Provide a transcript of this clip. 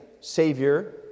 Savior